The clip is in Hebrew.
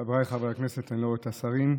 חבריי חברי הכנסת, אני לא רואה את השרים.